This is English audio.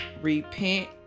repent